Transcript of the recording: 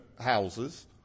houses